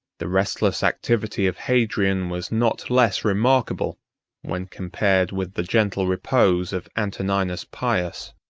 the restless activity of hadrian was not less remarkable when compared with the gentle repose of antoninus pius.